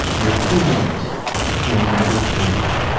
your feelings will never kill you.